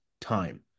time